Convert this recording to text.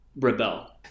rebel